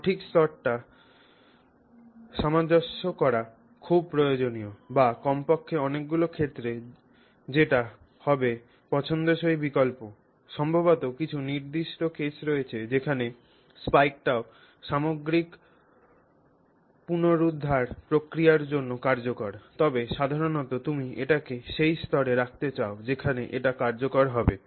সঠিক স্তরটি সামঞ্জস্য করা খুব প্রয়োজনীয় বা কমপক্ষে অনেকগুলি ক্ষেত্রে যেটি হবে পছন্দসই বিকল্প সম্ভবত কিছু নির্দিষ্ট কেস রয়েছে যেখানে স্পাইকটিও সামগ্রিক পুনরুদ্ধার প্রক্রিয়ার জন্য কার্যকর তবে সাধারণত তুমি এটিকে সেই স্তরে রাখতে চাও যেখানে এটি কার্যকর হবে